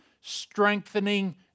strengthening